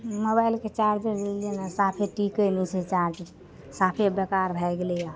मोबाइलके चार्जर लेलिए ने साफे टिकै नहि छै चार्ज साफे बेकार भै गेलै यऽ